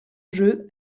jeu